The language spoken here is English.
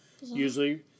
Usually